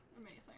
Amazing